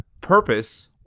purpose